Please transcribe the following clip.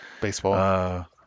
baseball